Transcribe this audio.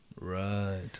Right